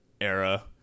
era